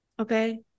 Okay